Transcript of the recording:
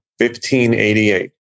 1588